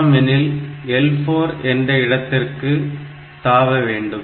சமம் எனில் L4 என்ற இடத்திற்கு தாவ வேண்டும்